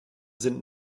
sind